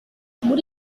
muri